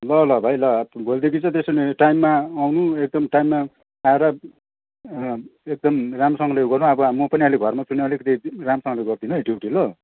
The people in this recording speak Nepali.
ल ल भाइ ल भोलिदेखि चाहिँ त्यसो भने टाइममा आउनु एकदम टाइममा आएर एकदम राम्रोसँगले उ गर्नु अब म पनि अहिले घरमा छुइनँ अलिकति राम्रोसँगले गनिदिनु है ड्युटी ल